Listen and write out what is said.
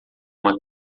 uma